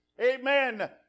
amen